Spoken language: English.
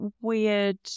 weird